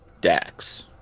Dax